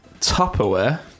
Tupperware